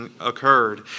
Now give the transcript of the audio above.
occurred